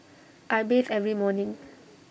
I bathe every morning